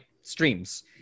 streams